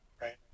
Right